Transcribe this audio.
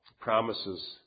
promises